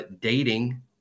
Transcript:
dating